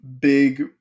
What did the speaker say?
big